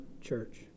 church